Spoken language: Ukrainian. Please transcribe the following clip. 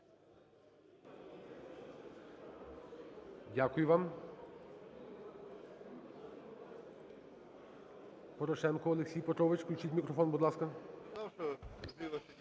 Дякую вам. Порошенко Олексій Петрович. Включіть мікрофон, будь ласка.